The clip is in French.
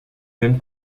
même